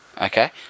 Okay